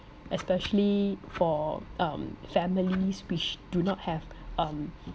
especially for um families which do not have um